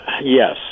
yes